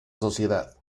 sociedad